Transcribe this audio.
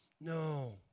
No